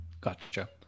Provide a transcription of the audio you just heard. Gotcha